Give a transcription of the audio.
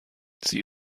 sie